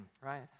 right